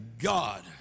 God